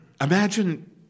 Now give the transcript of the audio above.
Imagine